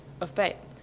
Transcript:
effect